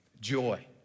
joy